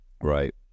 Right